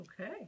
Okay